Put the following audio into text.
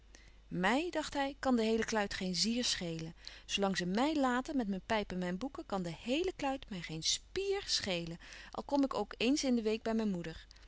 dacht hij kan de heele kluit geen spier schelen zoo lang ze mij laten met mijn pijp en mijn boeken kan de heele kluit mij geen spièr schelen al kom ik ook eens in de week bij mijn moeder